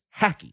hacky